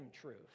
truth